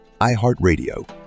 iHeartRadio